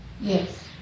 Yes